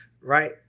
right